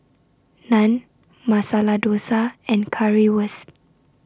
Naan Masala Dosa and Currywurst